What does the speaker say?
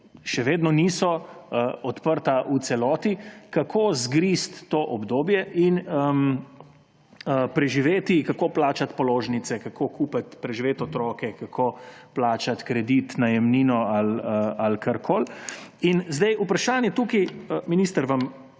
še vedno niso odprta v celoti, kako zgristi to obdobje in preživeti: kako plačati položnice, kako kupiti, preživeti otroke, kako plačati kredit, najemnino ali karkoli. In zdaj, minister, vam